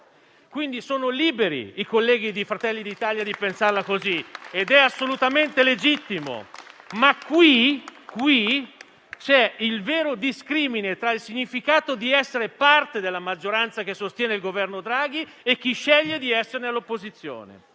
quindi sono liberi i colleghi di Fratelli d'Italia di pensarla così, è assolutamente legittimo, ma qui c'è il vero discrimine tra il significato di essere parte della maggioranza che sostiene il governo Draghi e scegliere di essere all'opposizione.